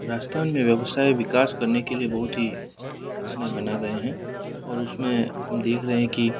राजस्थान में व्यवसाय विकास करने के लिए बहुत ही योजना बना रहे हैं और उसमें हम देख रहे हैं कि